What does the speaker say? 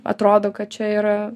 atrodo kad čia yra